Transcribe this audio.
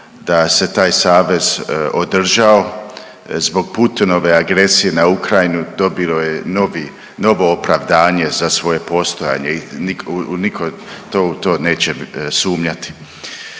da se taj savez održao zbog Putinove agresije na Ukrajinu dobio je novi, novo opravdanje za svoje postojanje i nitko, nitko u to neće sumnjati.